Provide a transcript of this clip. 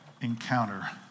encounter